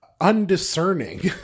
undiscerning